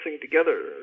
together